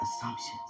assumptions